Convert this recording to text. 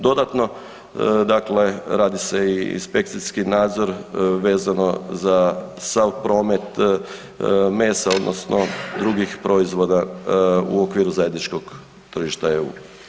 Dodatno, dakle radi se i inspekcijski nadzor vezano za sav promet mesa, odnosno drugih proizvoda u okviru zajedničkog tržišta EU.